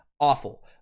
awful